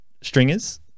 stringers